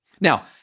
Now